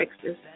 Texas